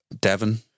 Devon